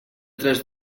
tres